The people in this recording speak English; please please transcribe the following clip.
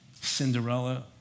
Cinderella